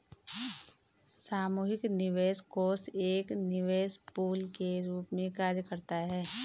सामूहिक निवेश कोष एक निवेश पूल के रूप में कार्य करता है